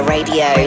Radio